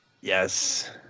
Yes